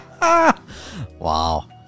Wow